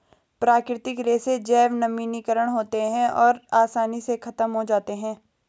प्राकृतिक रेशे जैव निम्नीकारक होते हैं और आसानी से ख़त्म हो जाते हैं